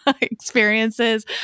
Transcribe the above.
experiences